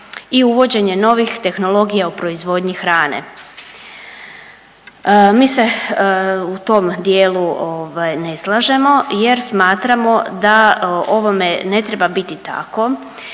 i uvođenje novih tehnologija u proizvodnji hrane. Mi se u tom dijelu ovaj ne slažemo jer smatramo da ovome ne treba biti tako,